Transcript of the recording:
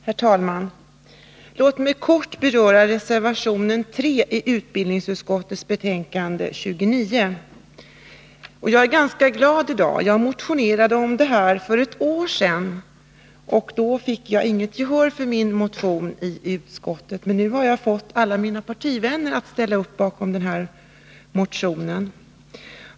Herr talman! Låt mig kort beröra reservation 3 i utbildningsutskottets betänkande 29. Jag är ganska glad i dag. Jag motionerade i den här frågan för ett år sedan. Då fick jag inget gehör för min motion i utskottet, men nu har jag fått alla mina partivänner att ställa upp bakom motionen.